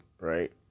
right